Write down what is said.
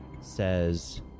Says